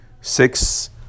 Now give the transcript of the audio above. Six